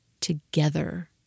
together